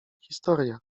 historia